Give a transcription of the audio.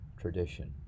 tradition